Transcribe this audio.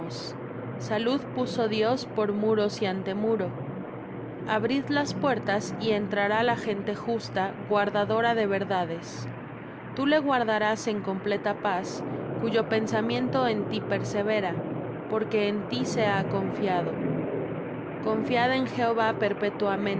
salud puso dios por muros y antemuro abrid las puertas y entrará la gente justa guardadora de verdades tú le guardarás en completa paz cuyo pensamiento en ti persevera porque en ti se ha confiado confiad en jehová